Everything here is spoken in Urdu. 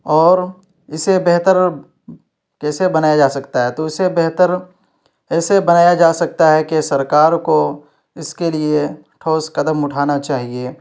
اور اسے بہتر کیسے بنایا جا سکتا ہے تو اسے بہتر ایسے بنایا جا سکتا ہے کہ سرکار کو اس کے لیے ٹھوس قدم اٹھانا چاہیے